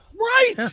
right